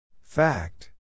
Fact